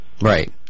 Right